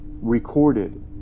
Recorded